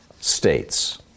States